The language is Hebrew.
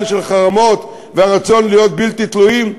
של חרמות והרצון להיות בלתי תלויים,